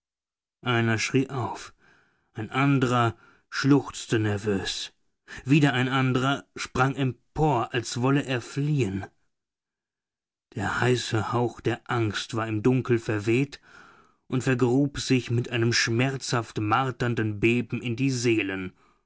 einer schrie auf ein andrer schluchzte nervös wieder ein andrer sprang empor als wolle er fliehen der heiße hauch der angst war im dunkel verweht und vergrub sich mit einem schmerzhaft marternden beben in die seelen